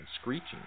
screeching